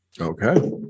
Okay